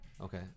Okay